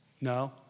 no